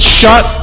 shut